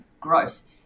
gross